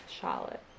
Charlotte